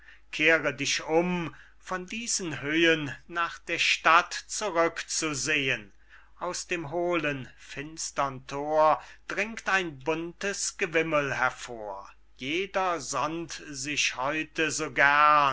kehre dich um von diesen höhen nach der stadt zurück zu sehen aus dem hohlen finstren thor dringt ein buntes gewimmel hervor jeder sonnt sich heute